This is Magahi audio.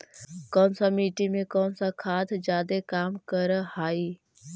कौन सा मिट्टी मे कौन सा खाद खाद जादे काम कर हाइय?